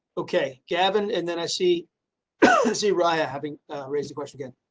okay, gavin. and then i see. let's see ryan having raised the question again.